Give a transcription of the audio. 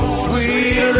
sweet